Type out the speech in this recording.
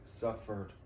suffered